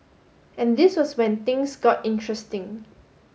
and this was when things got interesting